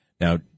Now